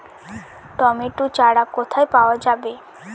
Tomato চারা কোথায় পাওয়া যাবে?